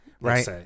right